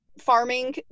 farming